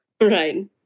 Right